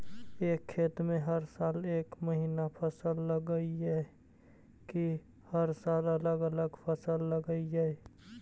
एक खेत में हर साल एक महिना फसल लगगियै कि हर साल अलग अलग फसल लगियै?